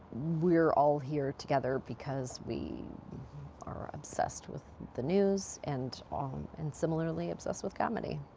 we are all here together because we are obsessed with the news and um and similarly obsessed with comedy.